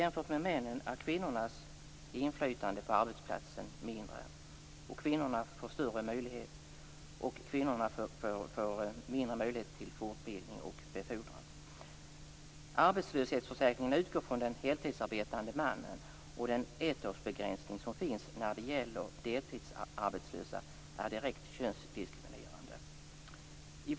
Jämfört med männen har kvinnorna mindre inflytande på arbetsplatsen, och kvinnorna får mindre möjligheter till fortbildning och befordran. Arbetslöshetsförsäkringen utgår från den heltidsarbetande mannen, och den ettårsbegränsning som finns när det gäller deltidsarbetslösa är direkt könsdiskriminerande.